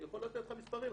אני יכול לתת לך מספרים,